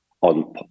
on